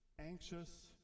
anxious